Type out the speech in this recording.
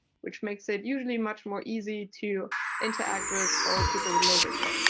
which makes it usually much more easy to interact with for people with low vision.